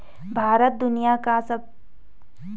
भारत दुनिया का तीसरा सबसे बड़ा मछली उत्पादक देश है